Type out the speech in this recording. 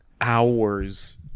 hours